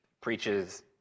preaches